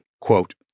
quote